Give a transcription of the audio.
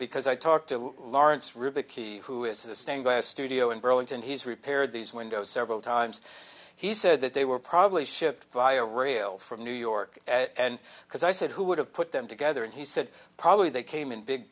because i talked to lawrence really key who is the stained glass studio in burlington he's repaired these windows several times he said that they were probably shipped via rail from new york and because i said who would have put them together and he said probably they came in big